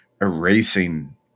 erasing